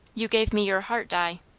you gave me your heart, di?